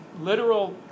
literal